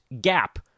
gap